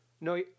No